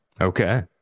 Okay